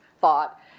thought